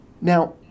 Now